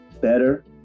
better